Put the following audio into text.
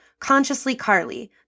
consciouslycarly